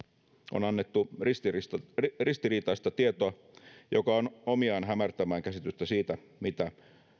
on annettu ristiriitaista ristiriitaista tietoa joka on omiaan hämärtämään käsitystä siitä mitä